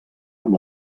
amb